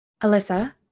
Alyssa